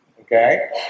Okay